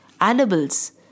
Animals